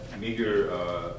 meager